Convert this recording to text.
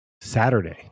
Saturday